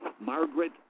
Margaret